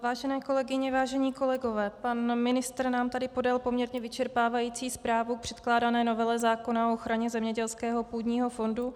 Vážené kolegyně, vážení kolegové, pan ministr nám tady podal poměrně vyčerpávající zprávu k předkládané novele zákona o ochraně zemědělského půdního fondu.